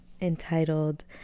entitled